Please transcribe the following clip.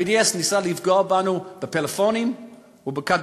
ה-BDS ניסה לפגוע בנו בפלאפונים ובכדורגל.